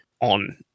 on